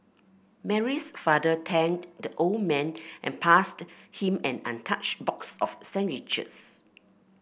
Mary's father thanked the old man and passed him an untouched box of sandwiches